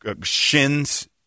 shins